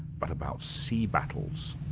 but about sea battles.